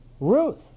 Ruth